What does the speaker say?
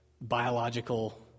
biological